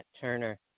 Turner